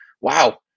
Wow